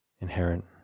inherent